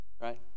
right